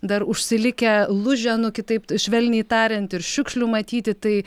dar užsilikę lūženų kitaip švelniai tariant ir šiukšlių matyti tai